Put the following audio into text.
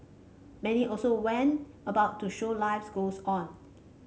many also went about to show life goes on